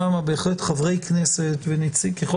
שם בהחלט חברי כנסת וככל